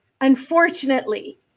unfortunately